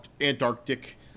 antarctic